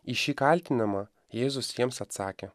į šį kaltinimą jėzus jiems atsakė